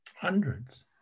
Hundreds